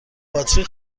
باتری